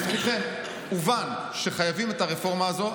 בזכותכם הובן שחייבים את הרפורמה הזו,